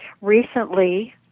recently